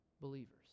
believers